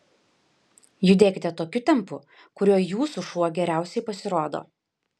judėkite tokiu tempu kuriuo jūsų šuo geriausiai pasirodo